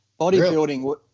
Bodybuilding